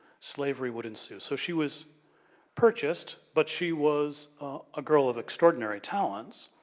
slavery would ensue. so, she was purchased, but she was a girl of extraordinary talents.